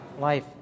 life